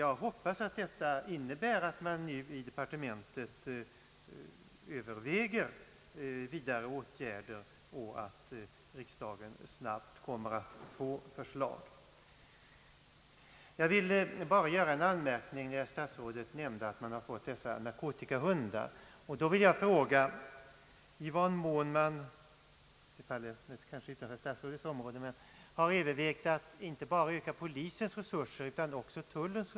Jag hoppas att detta innebär att man i departementet nu skall överväga vidare åtgärder och att riksdagen snabbt kommer att få förslag härom. Jag vill bara göra en anmärkning beträffande statsrådets omnämnande av de narkotikahundar som polisen har fått. Ämnet kanske faller utanför statsrådets område men jag vill ändå fråga i vad mån man har övervägt att inte bara öka polisens resurser utan också tullens.